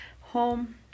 home